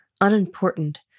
unimportant